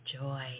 joy